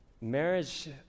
Marriage